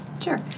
Sure